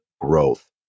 growth